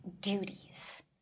duties